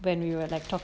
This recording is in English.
when we were like talk